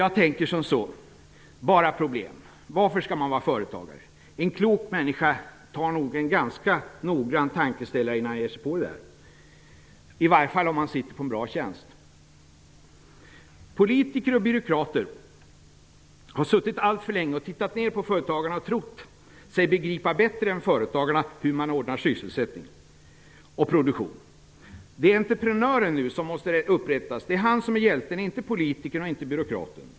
Jag tänker som så: Det är bara problem, varför skall man vara företagare? En klok människa tar sig en ganska noggrann tankeställare innan han ger sig på det. I varje fall om han sitter på en bra tjänst. Politiker och byråkrater har suttit alltför länge och tittat ner på företagarna och trott sig begripa bättre än företagarna hur man ordnar sysselsättning och produktion. Nu måste entreprenören upprättas. Det är han som är hjälten, inte politikern och inte byråkraten.